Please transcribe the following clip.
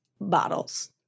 bottles